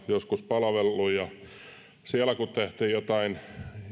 joskus palvellut yk joukoissa ja siellä kun tehtiin joitain